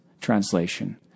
translation